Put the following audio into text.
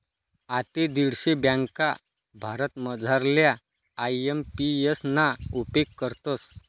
आते दीडशे ब्यांका भारतमझारल्या आय.एम.पी.एस ना उपेग करतस